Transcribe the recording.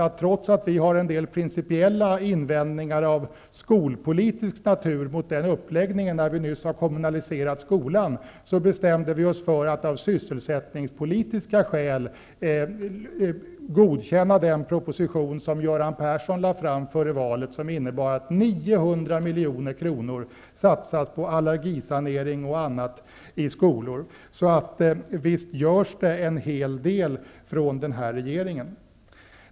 Trots att vi har en del principiella invändningar av skolpolitisk natur mot den uppläggningen, i och med att vi nyss har kommunaliserat skolan, bestämde vi oss för att av sysselsättningspolitiska skäl godkänna den proposition Göran Persson lade fram före valet och som innebar att 900 milj.kr. satsas på allergisanering och annat i skolor. Den här regeringen gör alltså en hel del.